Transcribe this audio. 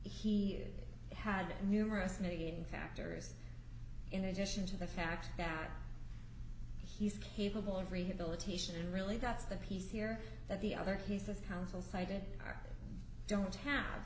he had numerous mitigating factors in addition to the fact that he's capable of rehabilitation and really that's the piece here that the other he's the counsel cited don't have